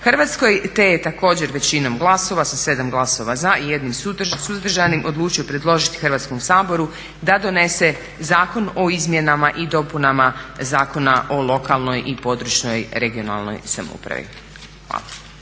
Hrvatskoj. Te je također većinom glasova sa 7 glasova za i 1 suzdržanim odlučio predložiti Hrvatskom saboru da donese Zakon o izmjenama i dopunama Zakona o lokalnoj i područnoj (regionalnoj) samoupravi. Hvala.